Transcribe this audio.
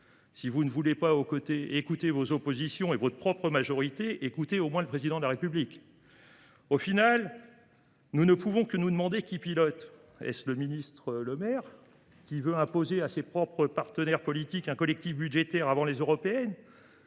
Si vous ne voulez pas écouter vos oppositions et votre propre majorité, écoutez au moins le Président de la République ! Au final, nous ne pouvons que nous demander qui pilote. Ça, c’est perfide ! Est ce le ministre Le Maire, qui veut imposer à ses propres partenaires politiques un collectif budgétaire avant les élections européennes ?